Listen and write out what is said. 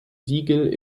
siegel